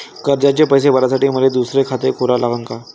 कर्जाचे पैसे भरासाठी मले दुसरे खाते खोला लागन का?